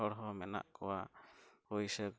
ᱦᱚᱲ ᱦᱚᱸ ᱢᱮᱱᱟᱜ ᱠᱚᱣᱟ ᱯᱩᱭᱥᱟᱹ